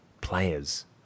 players